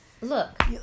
look